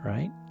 Right